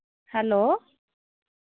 hello